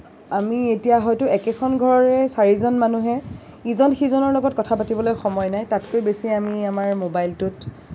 আমি এতিয়া হয়তো একখন ঘৰৰে চাৰিজন মানুহে ইজন সিজনৰ লগত কথা পাতিবলৈ সময় নাই তাতকৈ বেছি আমি আমাৰ মোবাইলটোত